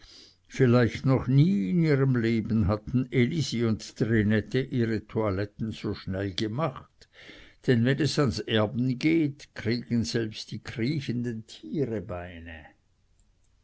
vielleicht noch nie in ihrem leben hatten elisi und trinette ihre toiletten so schnell gemacht denn wenn es ans erben geht kriegen selbst die kriechenden tiere beine